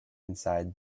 inside